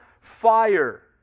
fire